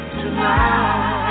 tonight